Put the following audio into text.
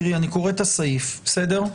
תראי, אני קורא את הסעיף, בסדר?